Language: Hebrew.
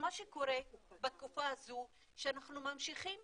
מה שקורה בתקופה הזו הוא שאנחנו ממשיכים